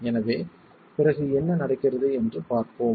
எனவே பிறகு என்ன நடக்கிறது என்று பார்ப்போம்